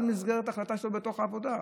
במסגרת החלטה שלו בתוך העבודה.